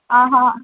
ஆஹான்